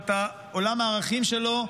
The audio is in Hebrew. את עולם הערכים שלו,